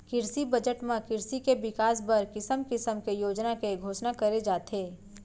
किरसी बजट म किरसी के बिकास बर किसम किसम के योजना के घोसना करे जाथे